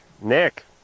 Nick